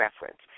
reference